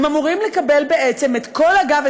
הם אמורים לקבל בעצם את כל הגב,